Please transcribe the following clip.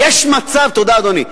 תודה, אדוני.